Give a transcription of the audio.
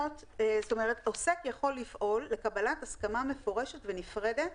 עוסק יכול לפעול לקבלת הסכמה מפורשת ונפרדת